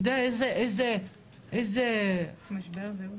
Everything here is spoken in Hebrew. אתה יודע איזה משבר זה,